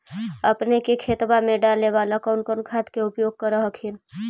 अपने के खेतबा मे डाले बाला कौन कौन खाद के उपयोग कर हखिन?